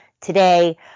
today